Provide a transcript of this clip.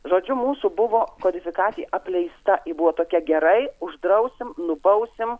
žodžiu mūsų buvo kodifikacija apleista ji buvo tokia gerai uždrausim nubausim